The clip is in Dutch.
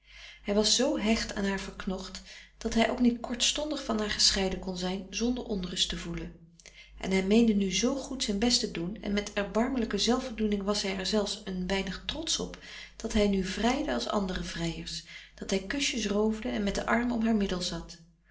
hij was zoo hecht aan haar verknocht dat hij ook niet kortstondig van haar gescheiden kon zijn zonder onrust te voelen en hij meende nu zoo goed zijn best te doen en met erbarmelijke zelfvoldoening was hij er zelfs een weinig trotsch op dat hij nu vrijde als andere vrijers dat hij kusjes roofde en met den arm om haar middel zat